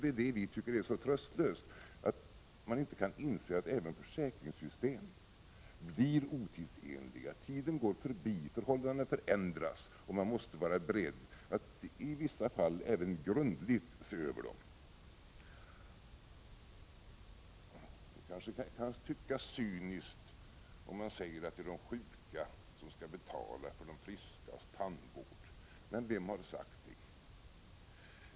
Det är det vi tycker är så tröstlöst, att man inte kan inse att även försäkringssystem blir otidsenliga. Tiden går förbi, förhållandena förändras och man måste vara beredd att i vissa fall även grundligt se över systemen. Det kanske kan tyckas cyniskt, om man säger att det är de sjuka som skall betala för de friskas tandvård. Men vem har sagt det?